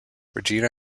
regina